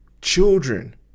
Children